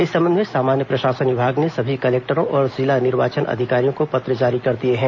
इस संबंध में सामान्य प्रशासन विभाग ने सभी कलेक्टरों और जिला निर्वाचन अधिकारियों को पत्र जारी कर दिए हैं